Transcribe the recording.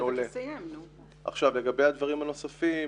לגבי הדברים הנוספים.